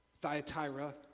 Thyatira